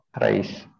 Rice